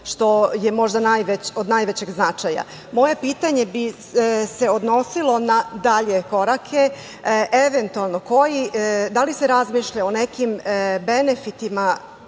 što je možda od najvećeg značaja. Moje pitanje bi se odnosilo na dalje korake, da li se eventualno razmišlja o nekim benefitima